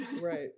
right